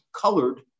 colored